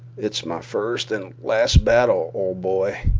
it's my first and last battle, old boy,